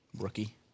Rookie